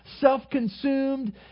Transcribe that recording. self-consumed